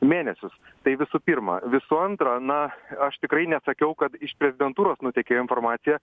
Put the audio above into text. mėnesius tai visų pirma visų antra na aš tikrai nesakiau kad iš prezidentūros nutekėjo informacija